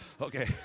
Okay